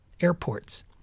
airports